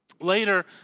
later